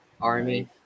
Army